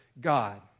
God